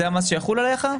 זה המס שיחול עליך,